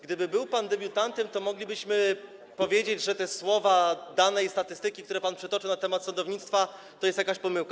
Gdyby był pan debiutantem, to moglibyśmy powiedzieć, że te słowa, dane i statystyki, które pan przytoczył, na temat sądownictwa to jest jakaś pomyłka.